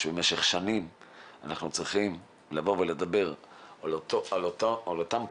שבמשך שנים אנחנו צריכים לדבר על אותן פניות,